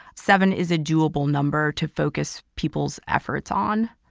seven is a doable number to focus people's efforts on.